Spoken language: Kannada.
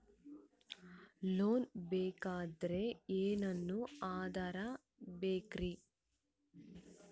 ಲೋನ್ ಬೇಕಾದ್ರೆ ಏನೇನು ಆಧಾರ ಬೇಕರಿ?